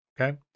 Okay